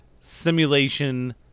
simulation